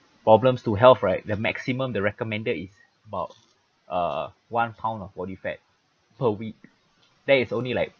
problems to health right the maximum there commended is about uh one pound of body fat per week that is only like